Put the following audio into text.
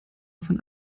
von